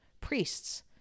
priests